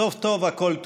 סוף טוב הכול טוב.